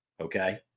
okay